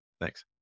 Thanks